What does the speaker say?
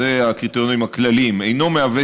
אלה הקריטריונים הכלליים אינו מהווה